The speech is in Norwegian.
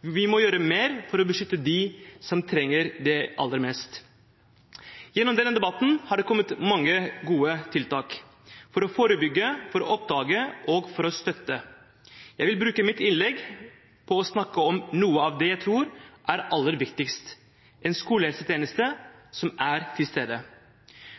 Vi må gjøre mer for å beskytte dem som trenger det aller mest. Gjennom denne debatten er det blitt nevnt mange gode tiltak – for å forebygge, for å oppdage og for å støtte. Jeg vil bruke mitt innlegg på å snakke om noe av det jeg tror er aller viktigst: en skolehelsetjeneste som er til stede.